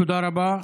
תודה רבה,